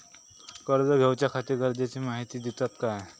कर्ज घेऊच्याखाती गरजेची माहिती दितात काय?